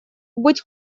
быть